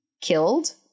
killed